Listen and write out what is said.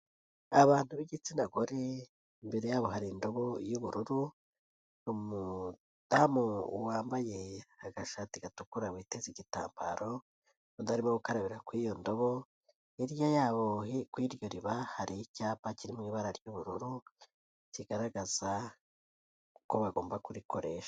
Abantu b'igitsina gore, imbere yabo hari indobo y'ubururu n'umudamu wambaye agashati gatukura, ateze igitambaro undi arimo gukarabira kuri iyo ndobo, hirya yabo kuri iryo riba hari icyapa kirimo ibara ry'ubururu kigaragaza uko bagomba kurikoresha.